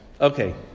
Okay